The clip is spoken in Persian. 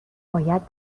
باید